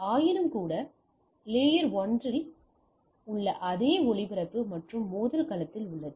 ஆயினும்கூட இது அடுக்கு 1 இல் உள்ள அதே ஒளிபரப்பு மற்றும் மோதல் களத்தில் உள்ளது